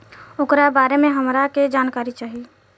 ओकरा बारे मे हमरा के जानकारी चाही?